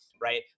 right